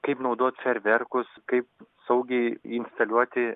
kaip naudot fejerverkus kaip saugiai instaliuoti